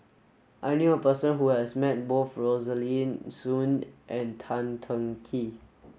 I knew a person who has met both Rosaline Soon and Tan Teng Kee